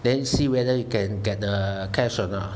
then see whether you can get the cash or not